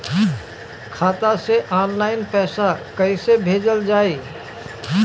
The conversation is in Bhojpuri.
खाता से ऑनलाइन पैसा कईसे भेजल जाई?